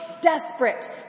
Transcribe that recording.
desperate